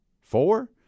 Four